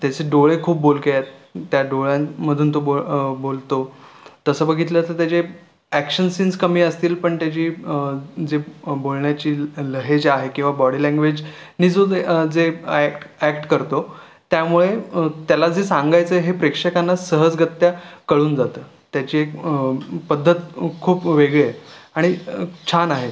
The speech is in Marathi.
त्याचे डोळे खूप बोलके आहेत त्या डोळ्यांमधून तो बोळ बोलतो तसं बघितलं तर त्याचे अॅक्शन सीन्स कमी असतील पण त्याची जे बोलण्याची ल् लहेजा आहे किंवा बॉडी लँग्वेज नी जो जे जे अॅक्ट अॅक्ट करतो त्यामुळे त्याला जे सांगायचं हे प्रेक्षकांना सहजगत्या कळून जातं त्याची एक पद्धत खूप वेगळी आहे आणि छान आहे